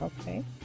Okay